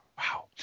Wow